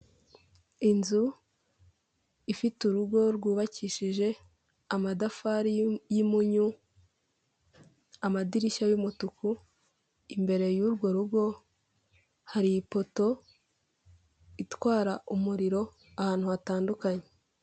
Inzu ifite urugo rwubakishije amadafari y'impunyu, amadirishya y'umutuku, imbere y'urwo rugo hari ipoto itwara umuriro ahantu hatandukanye.